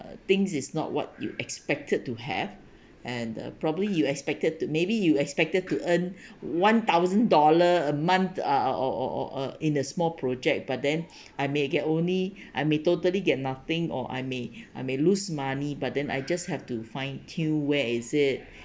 things is not what you expected to have and uh probably you expected to maybe you expected to earn one thousand dollar a month uh or or or uh in a small project but then I may get only I may totally get nothing or I may I may lose money but then I just have to fine tune where is it